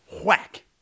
Whack